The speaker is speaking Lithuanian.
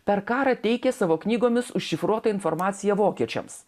per karą teikė savo knygomis užšifruotą informaciją vokiečiams